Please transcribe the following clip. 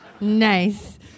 Nice